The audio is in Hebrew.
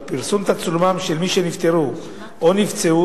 אך פרסום תצלומם של מי שנפטרו או נפצעו